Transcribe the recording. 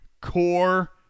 core